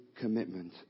commitment